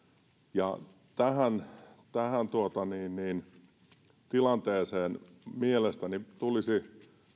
ja tähän tilanteeseen mielestäni tulisi